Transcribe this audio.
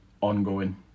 ongoing